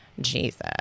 Jesus